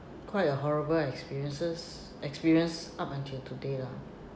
quite a horrible experiences experience up until today lah